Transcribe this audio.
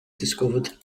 discovered